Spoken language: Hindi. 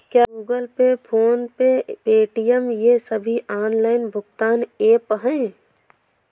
क्या Google Pay PhonePe Paytm ये सभी ऑनलाइन भुगतान ऐप हैं?